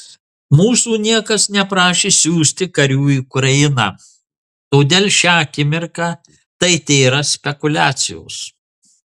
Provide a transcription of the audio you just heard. mūsų niekas neprašė siųsti karių į ukrainą todėl šią akimirką tai tėra spekuliacijos